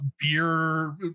beer